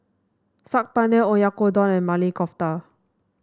Saag Paneer Oyakodon and Maili Kofta